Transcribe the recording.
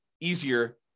easier